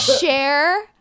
Share